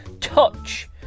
Touch